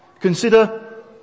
Consider